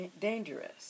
dangerous